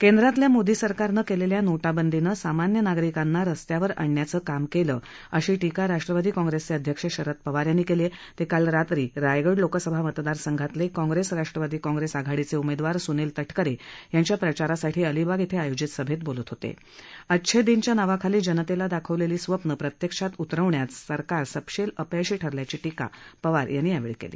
केंद्रातल्या मोदी सरकारनं क्लिखा नोटा बंदीनं सामांन्य नागरिकांना रस्त्यावर आणण्याचं काम क्लि अशी टीका राष्ट्रवादी काँप्रस्ति विध्यक्ष शरद पवार यांनी क्ली आह क्लीकाल रात्री रायगड लोकसभा मतदार संघातलक्किँग्रस्त राष्ट्रवादी काँग्रस्त आघाडीच उमिखार सुनील तटकरक् यांच्या प्रचारासाठी अलिबाग इथं आयोजित सभा बोलत होता अच्छाईन च्या नावाखाली जनत्ती दाखविलेटीस्वप्न प्रत्यक्षात उतरवण्यात सरकार सपशन्नीअपयशी ठरल्याची टीका पवार यांनी कल्ली